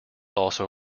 also